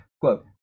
quote